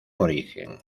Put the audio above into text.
origen